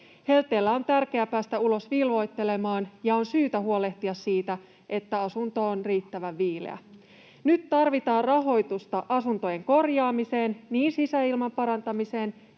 Helteellä on tärkeää päästä ulos vilvoittelemaan, ja on syytä huolehtia siitä, että asunto on riittävän viileä. Nyt tarvitaan rahoitusta asuntojen korjaamiseen, niin sisäilman parantamiseen,